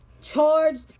Charged